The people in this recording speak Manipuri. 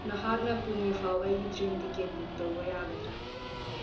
ꯅꯍꯥꯛꯅ ꯄꯨꯅꯦ ꯐꯥꯎ ꯑꯩꯒꯤ ꯇ꯭ꯔꯦꯟ ꯇꯤꯀꯦꯠ ꯕꯨꯛ ꯇꯧꯕ ꯌꯥꯒꯗ꯭ꯔꯥ